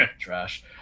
Trash